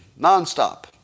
nonstop